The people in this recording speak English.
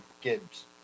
Gibbs